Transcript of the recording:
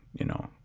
you know,